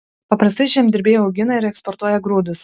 paprastai žemdirbiai augina ir eksportuoja grūdus